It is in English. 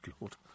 Lord